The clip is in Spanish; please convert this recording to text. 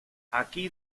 aquí